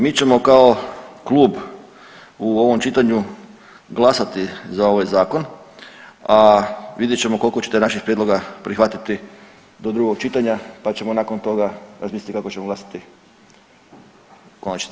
Mi ćemo kao Klub u ovom čitanju glasati za ovaj Zakon, a vidjet ćemo koliko ćete naših prijedloga prihvatiti do drugog čitanja pa ćemo nakon toga razmisliti kako ćemo glasati u konačnici.